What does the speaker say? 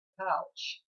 pouch